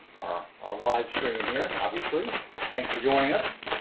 our our livestream here, obviously. thanks for joining us.